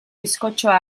bizkotxoa